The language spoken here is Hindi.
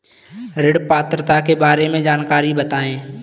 ऋण पात्रता के बारे में जानकारी बताएँ?